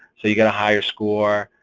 so you get a higher score.